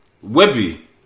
Webby